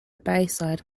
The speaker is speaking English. bayside